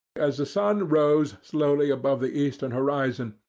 as the sun rose slowly above the eastern horizon,